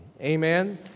Amen